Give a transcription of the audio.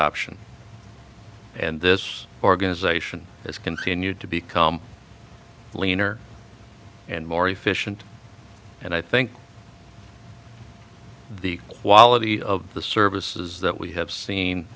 option and this organization has continued to become leaner and more efficient and i think the quality of the services that we have seen